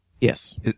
yes